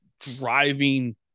driving